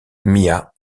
mia